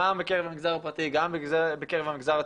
גם בקרב המגזר הפרטי,